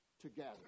together